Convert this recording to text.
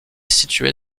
situé